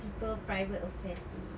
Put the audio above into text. people private affairs seh